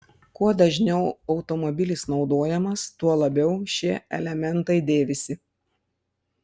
kuo dažniau automobilis naudojamas tuo labiau šie elementai dėvisi